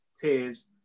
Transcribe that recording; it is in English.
tears